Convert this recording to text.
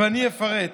ואני אפרט.